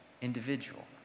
individual